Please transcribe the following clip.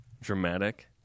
dramatic